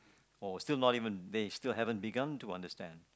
or still not even they still haven't begun to understand